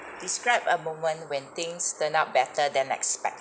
describe a moment when things turn out better than expected